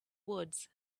woods